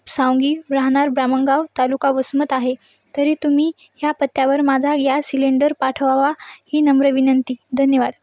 सांगी राहणार ब्रामंगाव तालुका वसमत आहे तरी तुम्ही ह्या पत्त्यावर माझा गॅस सिलेंडर पाठवावा ही नम्र विनंती धन्यवाद